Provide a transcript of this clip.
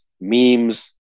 memes